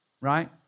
right